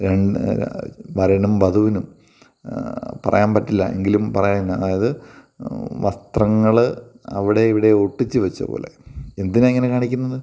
വരനും വധുവിനും പറയാൻ പറ്റില്ല എങ്കിലും പറയുന്നു അതായത് വസ്ത്രങ്ങൾ അവിടെ ഇവിടെ ഒട്ടിച്ച് വച്ച പോലെ എന്തിനാണ് ഇങ്ങനെ കാണിക്കുന്നത്